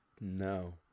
no